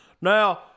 Now